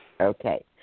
okay